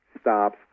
stops